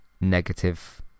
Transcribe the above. negative